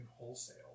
wholesale